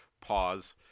pause